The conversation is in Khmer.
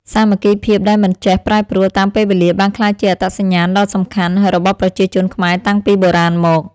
សាមគ្គីភាពដែលមិនចេះប្រែប្រួលតាមពេលវេលាបានក្លាយជាអត្តសញ្ញាណដ៏សំខាន់របស់ប្រជាជនខ្មែរតាំងពីបុរាណមក។